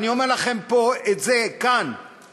ואני אומר לכם את זה כאן,